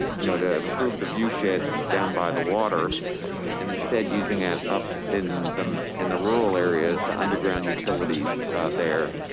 you know to improve the view shed down by the water and instead using it up in the and the rural areas to underground utilities there.